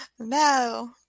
No